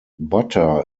butter